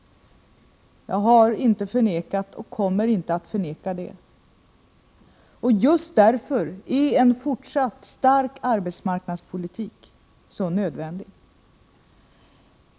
Jag har inte förnekat och kommer inte att förneka det. Just därför är en fortsatt stark arbetsmarknadspolitik så nödvändig.